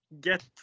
get